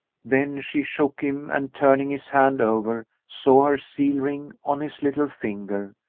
then she shook him and turning his hand over, saw her seal-ring on his little finger,